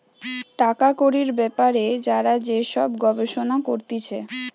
টাকা কড়ির বেপারে যারা যে সব গবেষণা করতিছে